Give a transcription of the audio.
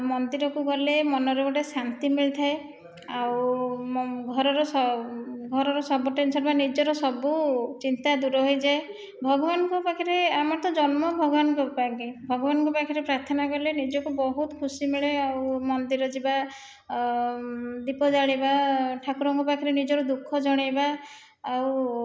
ମନ୍ଦିରକୁ ଗଲେ ମନରେ ଗୋଟିଏ ଶାନ୍ତି ମିଳିଥାଏ ଆଉ ଘରର ସବୁ ଟେନ୍ସନ ନିଜର ସବୁ ଚିନ୍ତା ଦୂର ହୋଇଯାଏ ଭଗବାନଙ୍କ ପାଖରେ ଆମେ ତ ଜନ୍ମ ଭଗବାନ ଭଗବାନଙ୍କ ପାଖରେ ପ୍ରାର୍ଥନା କଲେ ନିଜକୁ ବହୁତ ଖୁସି ମିଳେ ଆଉ ମନ୍ଦିର ଯିବା ଦୀପ ଜାଳିବା ଠାକୁରଙ୍କ ପାଖରେ ନିଜର ଦୁଃଖ ଜଣାଇବା ଆଉ